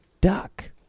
duck